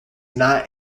not